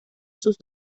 sus